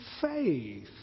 faith